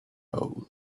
hole